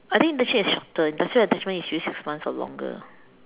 I think internship is shorter industrial attachment is usually six months or longer